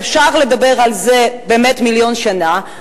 ואפשר לדבר על זה באמת מיליון שנה.